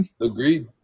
Agreed